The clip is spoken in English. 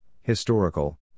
historical